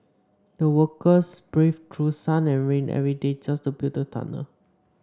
the workers braved through sun and rain every day just to build the tunnel